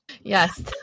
Yes